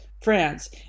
france